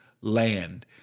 land